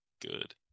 good